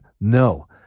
No